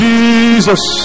Jesus